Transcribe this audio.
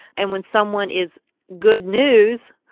and when someone is good news,